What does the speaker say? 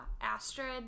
Astrid